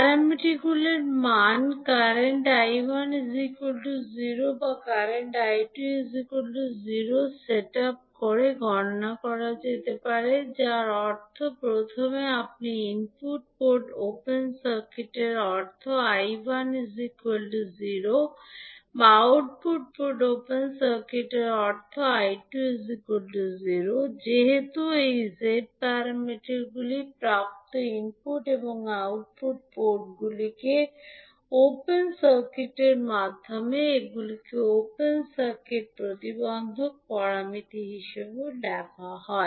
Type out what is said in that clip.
প্যারামিটারগুলির মান কারেন্ট 𝐈1 0 বা কারেন্ট 𝐈2 0 সেট আপ করে গণনা করা যেতে পারে যার অর্থ প্রথমে আপনি ইনপুট পোর্ট ওপেন সার্কিটের অর্থ 𝐈1 0 বা আউটপুট পোর্ট ওপেন সার্কিটের অর্থ 𝐈2 0 যেহেতু এই z প্যারামিটারগুলি প্রাপ্ত ইনপুট বা আউটপুট পোর্টগুলিতে ওপেন সার্কিটের মাধ্যমে এগুলিকে ওপেন সার্কিট প্রতিবন্ধক প্যারামিটার হিসাবেও ডাকা হয়